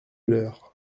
l’heure